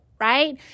right